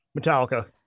Metallica